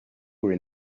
were